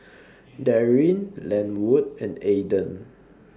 Daryn Lenwood and Aaden